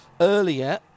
earlier